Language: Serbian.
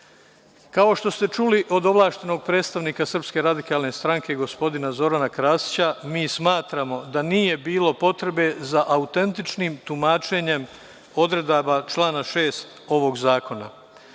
što ste čuli od ovlašćenog predstavnika SRS gospodina Zorana Krasića, mi smatramo da nije bilo potrebe za autentičnim tumačenjem odredbi člana 6. ovog zakona.